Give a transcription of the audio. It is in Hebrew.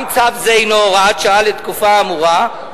גם צו זה הינו הוראת שעה לתקופה האמורה.